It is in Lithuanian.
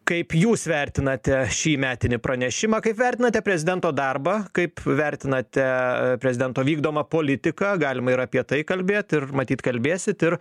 kaip jūs vertinate šį metinį pranešimą kaip vertinate prezidento darbą kaip vertinate prezidento vykdomą politiką galima ir apie tai kalbėt ir matyt kalbėsit ir